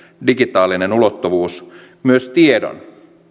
digitaalinen ulottuvuus myös tiedon